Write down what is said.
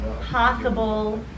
possible